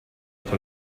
con